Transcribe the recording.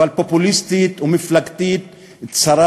אבל פופוליסטית ומפלגתית צרה,